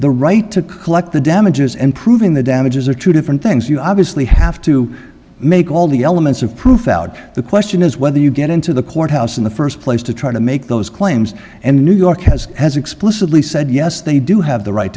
the right to collect the damages and proving the damages are two different things you obviously have to make all the elements of proof out the question is whether you get into the court house in the first place to try to make those claims and new york as has explicitly said yes they do have the right